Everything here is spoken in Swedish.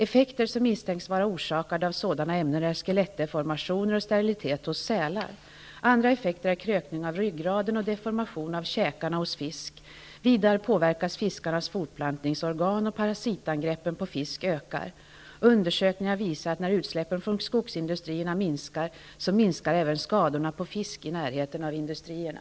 Effekter som misstänks vara orsakade av sådana ämnen är t.ex. skelettdeformationer och sterilitet hos sälar. Andra effekter är krökning av ryggraden och deformation av käkarna hos fisk. Vidare påverkas fiskarnas fortplantningsorgan, och parasitangreppen på fisk ökar. Undersökningar visar, att när utsläppen från skogsindustrierna minskar, minskar även skadorna på fisk i närheten av industrierna.